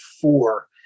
four